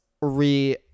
re